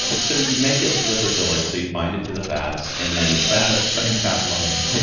so you make it lipophilic, so you bind it to the fats, and then that's that means fat-loving.